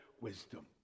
wisdom